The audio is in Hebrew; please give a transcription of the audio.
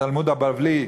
בתלמוד הבבלי,